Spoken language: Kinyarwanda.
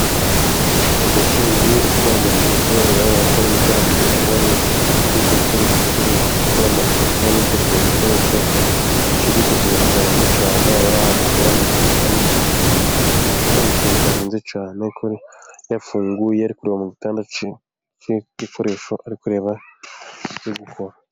Umukozi ukora amaterefoni wega ko ari gukora terefoni, ukoreshe gukora amaterefoni ukoreshe udukoresho duciririzwa bu bidahenze cyane abari ahantu bakora amaterefoni, bifashishije ibikoresho bidahenze cyane ko yafunguyekuwe mu gitanda nk'igikoresho ariko reba cyo gukora.